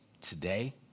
today